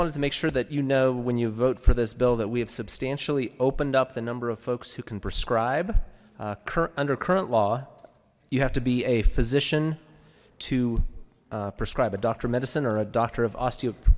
wanted to make sure that you know when you vote for this bill that we have substantially opened up the number of folks who can prescribe current under current law you have to be a physician to prescribe a doctor medicine or a doctor of osteopathic